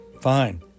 fine